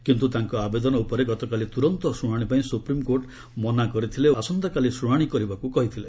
କିନ୍ତୁ ତାଙ୍କ ଆବେଦନ ଉପରେ ଗତକାଲି ତୁରନ୍ତ ଶୁଣାଣି ପାଇଁ ସୁପ୍ରିମ୍କୋର୍ଟ ମନା କରିଥିଲେ ଓ ଆସନ୍ତାକାଲି ଶୁଣାଣି କରିବାକୁ କହିଥିଲେ